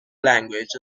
languages